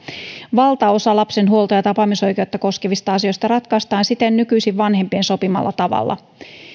valtaosa lapsen huolto ja tapaamisoikeutta koskevista asioista ratkaistaan siten nykyisin vanhempien sopimalla tavalla